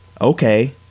okay